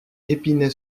épinay